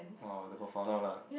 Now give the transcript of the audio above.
oh they got found out lah